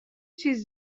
چیز